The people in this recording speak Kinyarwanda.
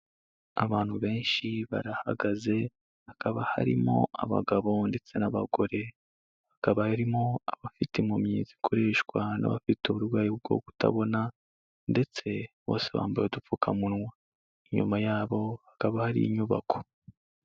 Abantu benshi barahagaze, hakaba harimo abagabo ndetse n'abagore, hakaba harimo abafite impumyi zikoreshwa n'abafite uburwayi bwo kutabona ndetse bose bambaye udupfukamunwa, inyuma yabo hakaba hari inyubako.